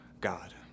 God